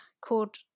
called